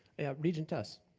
yeah, regent tuss.